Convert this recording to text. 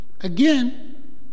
Again